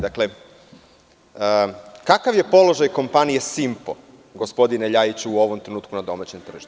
Dakle, kakav je položaj kompanije „Simpo“, gospodine Ljajiću, u ovom trenutku na domaćem tržištu?